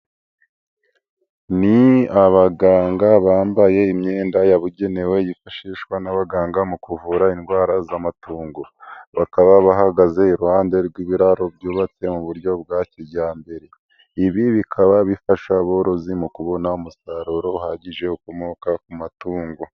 Ni abaganga bambaye imyenda yabugenewe yifashishwa n'abaganga mu kuvura indwara z'amatungo, bakaba bahagaze iruhande rw'ibiraro byubatse mu buryo bwa kijyambere, ibi bikaba bifasha aborozi mu kubona umusaruro uhagije ukomoka ku matungo.